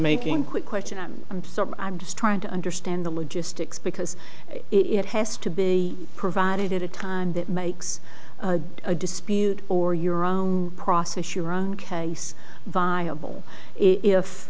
making quick question i'm sorry i'm just trying to understand the logistics because it has to be provided at a time that makes a dispute or your own process your own case viable if